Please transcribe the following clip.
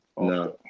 No